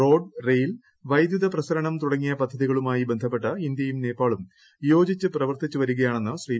road rail വൈദ്യുത പ്രസരണം തുടങ്ങിയ പദ്ധതികളുമായി ബന്ധപ്പെട്ട് ഇന്ത്യയും നേപ്പാളും യോജിച്ച് പ്രവർത്തിച്ചു വരികയാണെന്ന് ശ്രീ